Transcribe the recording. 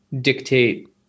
dictate